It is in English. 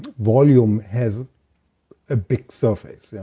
volume has a big surface. yeah